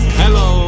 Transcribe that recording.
hello